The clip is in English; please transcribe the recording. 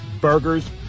burgers